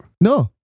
no